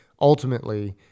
ultimately